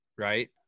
right